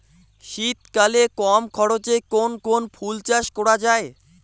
শীতকালে কম খরচে কোন কোন ফুল চাষ করা য়ায়?